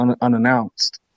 unannounced